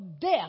death